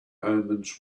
omens